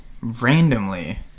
randomly